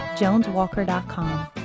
JonesWalker.com